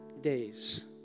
days